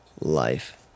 life